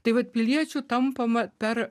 tai vat piliečiu tampama per